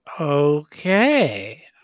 Okay